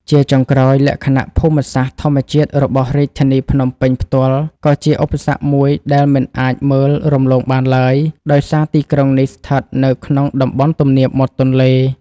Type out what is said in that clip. ជាចុងក្រោយ លក្ខណៈភូមិសាស្ត្រធម្មជាតិរបស់រាជធានីភ្នំពេញផ្ទាល់ ក៏ជាឧបសគ្គមួយដែលមិនអាចមើលរំលងបានឡើយ ដោយសារទីក្រុងនេះស្ថិតនៅក្នុងតំបន់ទំនាបមាត់ទន្លេ។